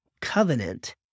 covenant